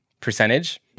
percentage